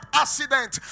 accident